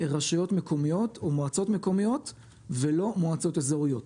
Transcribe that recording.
רשויות מקומיות או מועצות מקומיות ולא מועצות אזוריות.